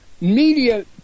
media